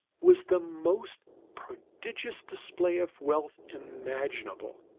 was the most prodigious display of wealth imaginable.